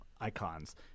icons